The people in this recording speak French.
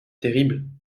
terrible